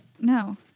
No